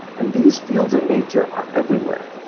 and these fields in nature are everywhere.